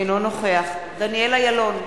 אינו נוכח דניאל אילון,